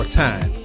time